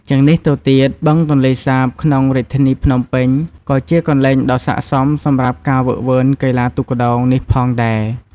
ជាងនេះទៅទៀតបឹងទន្លេសាបក្នុងរាជធានីភ្នំពេញក៏ជាកន្លែងដ៏ស័ក្តិសមសម្រាប់ការហ្វឹកហ្វឺនកីឡាទូកក្ដោងនេះផងដែរ។